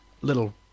little